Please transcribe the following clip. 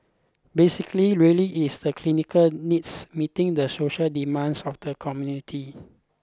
basically really it's the clinical needs meeting the social demands of the community